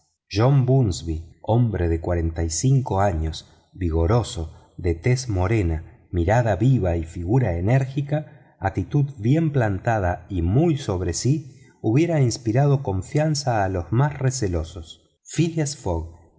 john bunsby hombre de años vigoroso de tez morena mirada viva y figura enérgica actitud bien plantada y muy sobre sí hubiera inspirado confianza a los más recelosos phileas fogg